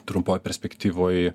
trumpoj perspektyvoj